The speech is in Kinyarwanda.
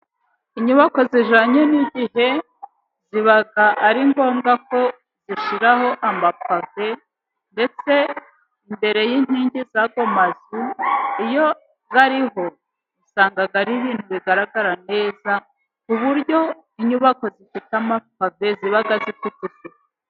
Inyubako zijyanye n'igihe ziba ari ngombwa kuzishyiraho amapave ndetse imbere y'inkingi z'yo mazu, iyo ariho usanga ari ibintu bigaragara neza ku buryo inyubako zifite amapave ziba zifite isuku.